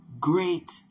great